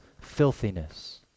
filthiness